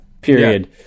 period